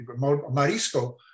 Marisco